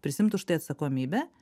prisiimt už tai atsakomybę